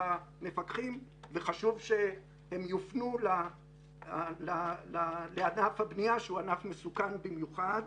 המפקחים וחשוב שהם יופנו לענף הבנייה שהוא ענף מסוכן במיוחד.